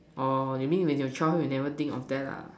orh you mean when you childhood you never think of that lah